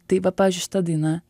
tai va pavyzdžiui šita daina